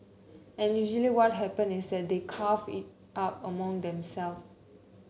and usually what happens is that they carve it up among themself